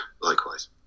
likewise